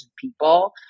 people